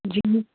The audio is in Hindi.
जी